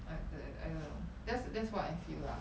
I guess I don't know that's that's what I feel lah